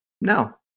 no